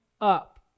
up